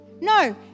No